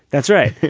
that's right.